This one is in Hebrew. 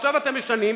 הלוא עכשיו אתם משנים,